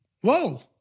Whoa